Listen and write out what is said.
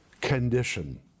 condition